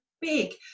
big